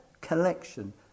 collection